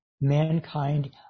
mankind